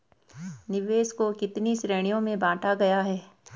निवेश को कितने श्रेणियों में बांटा गया है?